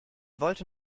wollte